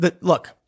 Look